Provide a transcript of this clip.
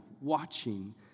watching